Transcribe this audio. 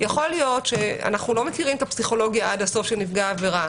אנחנו לא מכירים עד הסוף את הפסיכולוגיה של נפגע העבירה